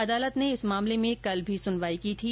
अदालत ने इस मामले में कल भी सुनवाई की थी